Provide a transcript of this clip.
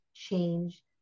Change